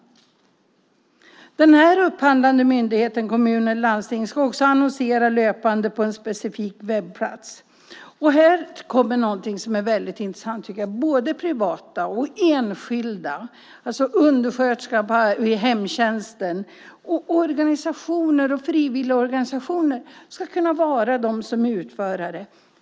Den upphandlande myndigheten, kommun och landsting, ska också löpande annonsera på en specifik webbplats. Och här kommer något väldigt intressant. Både privata och enskilda - en undersköterska i hemtjänsten, organisationer, frivilligorganisationer - ska kunna vara utförare.